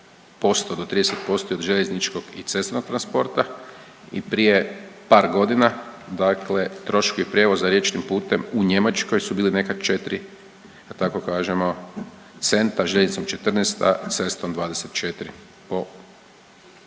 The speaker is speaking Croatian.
25% do 30% od željezničkog i cestovnog transporta i prije par godina, dakle troškovi prijevoza riječnim putem u Njemačkoj su bili nekad 4 da tako kažemo centa, željeznicom 14, a cestom 24 po